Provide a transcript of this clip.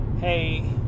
hey